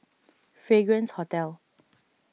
Fragrance Hotel